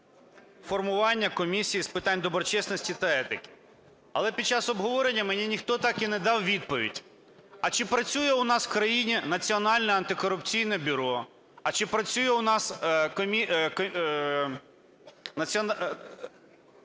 формування Комісії з питань доброчесності та етики. Але під час обговорення мені ніхто так і не дав відповідь, а чи працює у нас в країні Національне антикорупційне бюро, а чи працює у нас НАЗК,